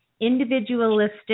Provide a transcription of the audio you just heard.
individualistic